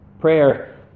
Prayer